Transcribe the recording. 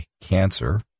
cancer